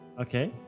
Okay